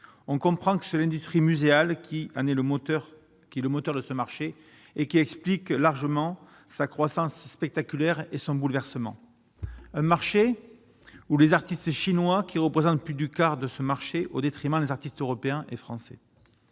on comprend que seule industrie muséale, qui en est le moteur qui le moteur de ce marché et qui explique largement sa croissance spectaculaire et sans bouleversement, un marché où les artistes chinois qui représentent plus du quart de ce marché au détriment des artistes européens et français,